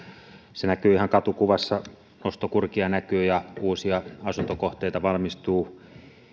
se näkyy ihan katukuvassa nostokurkia näkyy ja uusia asuntokohteita valmistuu